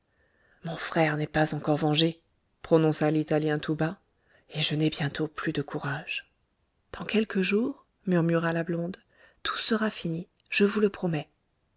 mon frère n'est pas encore vengé prononça l'italien tout bas et je n'ai bientôt plus de courage dans quelques jours murmura la blonde tout sera fini je vous le promets